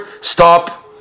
stop